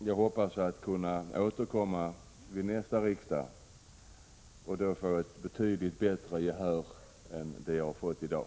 Jag hoppas kunna återkomma med motionen till nästa riksdag och att jag då skall få ett betydligt bättre gehör för mitt förslag än jag fått i dag.